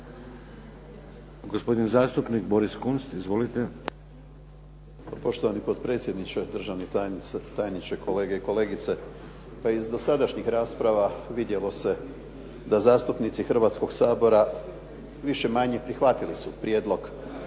Gospodin zastupnik Boris Kunst, izvolite. **Kunst, Boris (HDZ)** Poštovani potpredsjedničke, državni tajniče, kolege i kolegice. Pa iz dosadašnjih rasprava vidjelo se da zastupnici Hrvatskoga sabora više-manje prihvatili su prijedlog